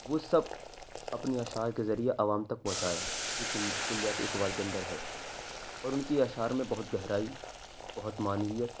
وہ سب اپنے اشعار کے ذریعہ عوام تک پہنچایا جو کہ کلیات اقبال کے اندر ہے اور ان کی اشعار میں بہت گہرائی بہت معنویت